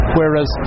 whereas